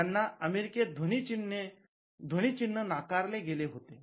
त्यांना अमेरिकेत ध्वनी चिन्ह नाकारले गेले होते